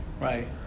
Right